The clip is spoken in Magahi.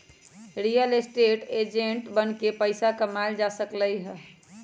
रियल एस्टेट एजेंट बनके पइसा कमाएल जा सकलई ह